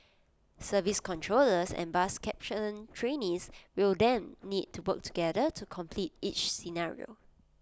service controllers and bus captain trainees will then need to work together to complete each scenario